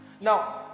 Now